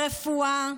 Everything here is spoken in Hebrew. ברפואה,